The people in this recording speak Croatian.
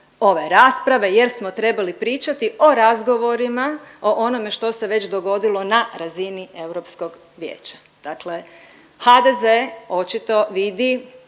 rasprave jer smo trebali pričati o razgovorima, o onome što se već dogodilo na razini Europskog vijeća, dakle HDZ očito vidi